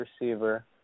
receiver